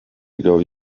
ago